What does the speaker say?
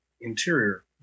interior